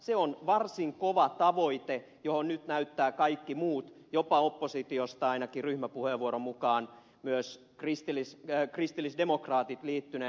se on varsin kova tavoite johon nyt näyttävät kaikki muut jopa oppositiosta ainakin ryhmäpuheenvuoron mukaan myös kristillisdemokraatit liittyneen